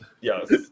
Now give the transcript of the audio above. Yes